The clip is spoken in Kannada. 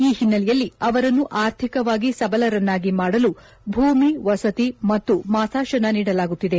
ಈ ಹಿನ್ನೆಲೆಯಲ್ಲಿ ಅವರನ್ನು ಆರ್ಥಿಕವಾಗಿ ಸಬಲರನ್ನಾಗಿ ಮಾಡಲು ಭೂಮಿ ವಸತಿ ಮತ್ತು ಮಾಸಾಶನ ನೀಡಲಾಗುತ್ತಿದೆ